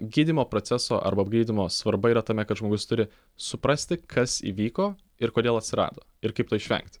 gydymo proceso arba gydymo svarba yra tame kad žmogus turi suprasti kas įvyko ir kodėl atsirado ir kaip to išvengti